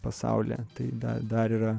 pasaulyje tai dar dar yra